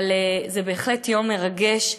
אבל זה בהחלט יום מרגש.